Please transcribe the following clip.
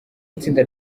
itsinda